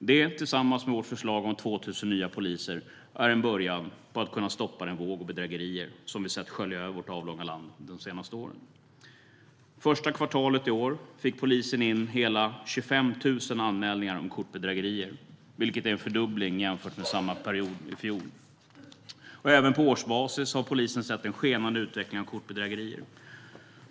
Det, tillsammans med vårt förslag om 2 000 nya poliser, är en början på att kunna stoppa den våg av bedrägerier vi har sett skölja över vårt avlånga land under de senaste åren. Första kvartalet i år fick polisen in hela 25 000 anmälningar om kortbedrägerier, vilket är en fördubbling jämfört med samma period i fjol. Även på årsbasis har polisen sett en skenande utveckling av kortbedrägerier.